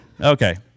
Okay